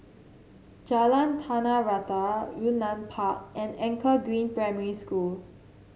Jalan Tanah Rata Yunnan Park and Anchor Green Primary School